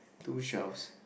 two shelves